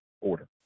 order